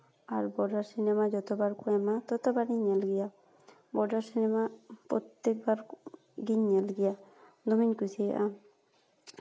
ᱟᱨ Border cinema ᱡᱚᱛᱚ ᱵᱟᱨ ᱠᱚ ᱮᱢᱟ ᱛᱚᱛᱚᱵᱟᱨ ᱜᱤᱧ ᱧᱮᱞ ᱜᱮᱭᱟ ᱵᱚᱰᱟᱨ ᱥᱤᱱᱮᱢᱟ ᱯᱨᱚᱛᱛᱮᱠᱵᱟᱨ ᱜᱤᱧ ᱧᱮᱞ ᱜᱮᱭᱟ ᱫᱚᱢᱮᱧ ᱠᱩᱥᱤᱭᱟᱜᱼᱟ